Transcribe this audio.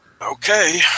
Okay